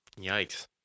Yikes